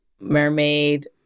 mermaid